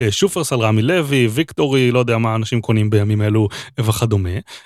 שופר סל רמי לוי ויקטורי לא יודע מה אנשים קונים בימים אלו וכדומה.